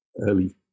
early